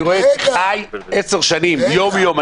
אני רואה את זה חי עשר שנים, יום-יום.